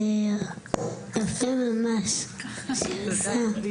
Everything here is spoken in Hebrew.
וזה יפה ממש מה שהיא עושה.